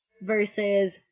versus